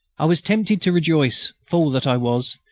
i was tempted to rejoice, fool that i was,